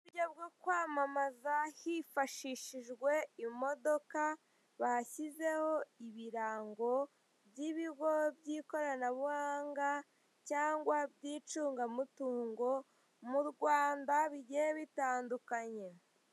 uburyo bwo kwamamaza hifashishijwe imodoka bashyizeho ibirango by'ibigo by'ikoranabuhanga cyangwa by'icungamutungo mu Rwanda bigiye bitandukanye.